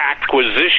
acquisition